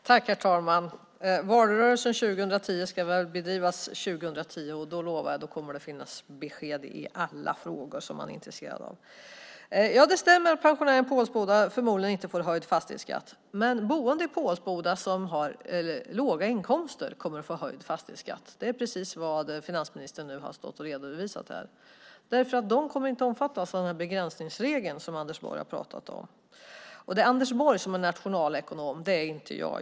Herr talman! Valrörelsen 2010 ska bedrivas 2010, och då lovar jag att det kommer att finnas besked i alla frågor man är intresserad av. Det stämmer att pensionären i Pålsboda förmodligen inte får höjd fastighetsskatt, men boende i Pålsboda som har låga inkomster kommer att få det. Det är precis vad finansministern nu har stått och redovisat. De kommer nämligen inte att omfattas av den här begränsningsregeln som Anders Borg har pratat om. Det är Anders Borg som är nationalekonom, inte jag.